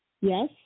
Yes